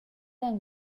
han